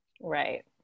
Right